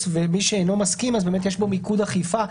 ומי שאינו מסכים אז באמת יש פה מיקוד אכיפה.